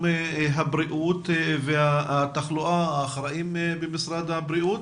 הבריאות והתחלואה האחראים במשרד הבריאות,